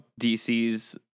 DC's